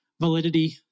validity